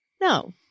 no